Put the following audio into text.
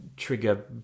trigger